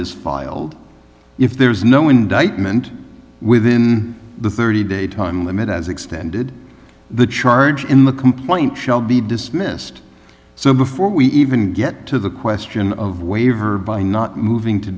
is filed if there is no indictment within the thirty day time limit as extended the charge in the complaint shall be dismissed so before we even get to the question of waiver by not moving to